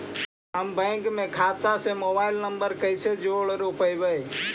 हम बैंक में खाता से मोबाईल नंबर कैसे जोड़ रोपबै?